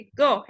go